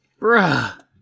Bruh